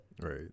Right